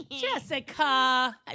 Jessica